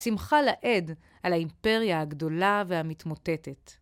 שמחה לעיד על האימפריה הגדולה והמתמוטטת.